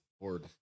board